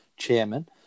chairman